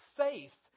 faith